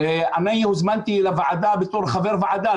אני הוזמנתי לוועדה בתור חבר ועדה,